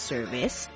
Service